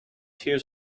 hears